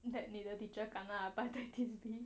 that neither teacher kena hepatitis B